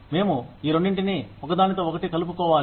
మేము ఈ రెండింటిని ఒకదానితో ఒకటి కలుపుకోవాలి